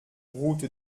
route